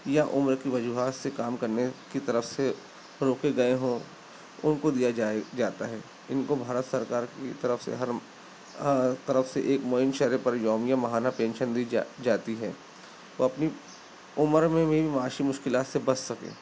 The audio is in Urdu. یا عمر کی وجوہات سے کام کرنے کی طرف سے روکے گئے ہوں ان کو دیا جائے جاتا ہے ان کو بھارت سرکار کی طرف سے ہر طرف سے ایک معین شرح پر یومیہ ماہانہ پینشن دی جا جاتی ہے وہ اپنی عمر میں بھی معاشی مشکلات سے بچ سکیں